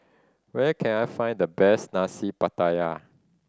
where can I find the best Nasi Pattaya